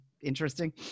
interesting